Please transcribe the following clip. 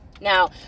Now